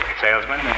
Salesman